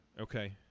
Okay